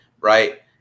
right